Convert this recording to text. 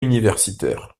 universitaire